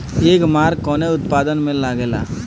एगमार्क कवने उत्पाद मैं लगेला?